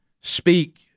speak